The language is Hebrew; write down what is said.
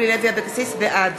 בעד